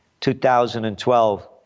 2012